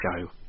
show